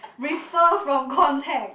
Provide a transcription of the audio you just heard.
refer from contact